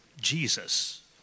Jesus